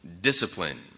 discipline